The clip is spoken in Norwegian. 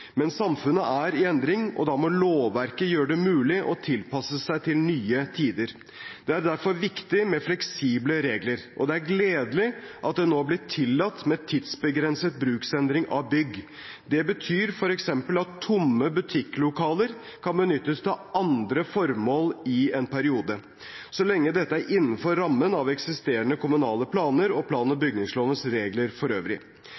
Men samfunnet er i endring, og da må lovverket gjøre det mulig å tilpasse seg nye tider. Det er derfor viktig med fleksible regler, og det er gledelig at det nå er blitt tillatt med tidsbegrenset bruksendring av bygg. Det betyr f.eks. at tomme butikklokaler kan benyttes til andre formål i en periode, så lenge dette er innenfor rammen av eksisterende kommunale planer og plan- og bygningslovens regler for øvrig.